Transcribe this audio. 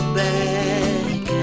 back